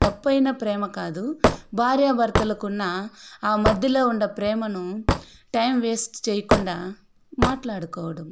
తప్పైనా ప్రేమ కాదు భార్యాభర్తలకున్న ఆ మధ్యలో ఉండే ప్రేమను టైం వేస్ట్ చేయకుండా మాట్లాడుకోవడం